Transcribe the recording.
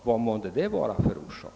Vad kan månne orsaken vara till det?